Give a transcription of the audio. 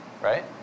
right